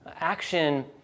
Action